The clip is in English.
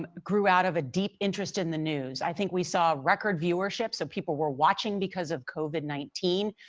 and grew out of a deep interest in the news. i think we saw record viewerships and people were watching because of covid nineteen.